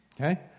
Okay